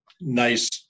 nice